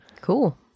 Cool